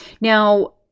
now